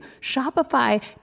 Shopify